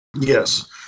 Yes